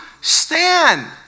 stand